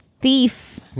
thief